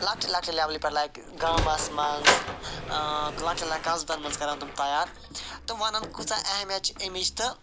لۅکچہِ لۅکچہِ لیولہِ پٮ۪ٹھ لگہِ گامس منٛز لۅکٹٮ۪ن قضبن منٛز کَرن تِم تیار تِم وَنن کٕژاہ اہمیت چھِ اَمِچ تہٕ